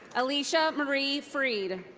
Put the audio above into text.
alicia marie freed.